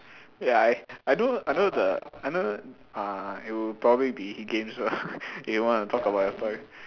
ya I I know I know the I know uh you probably be games ah if you want to talk about your story